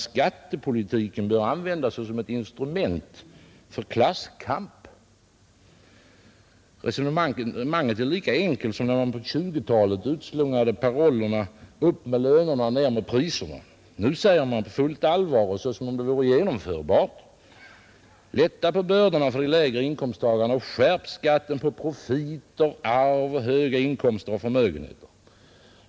Skattepolitiken bör användas som ett instrument för klasskamp, säger man. Resonemanget är lika enkelt som när man på 1920-talet utslungade parollen ”upp med lönerna — ner med priserna”. Nu säger kommunisterna på fullt allvar och som om det vore genomförbart: Lätta på bördorna för de lägre inkomsttagarna och skärp skatten på profiter, arv, höga inkomster och förmögenheter.